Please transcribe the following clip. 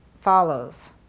follows